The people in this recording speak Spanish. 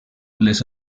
les